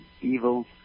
evil